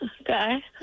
Okay